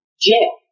jail